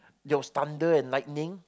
there was thunder and lightning